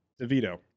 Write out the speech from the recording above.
DeVito